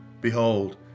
Behold